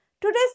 Today's